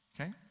Okay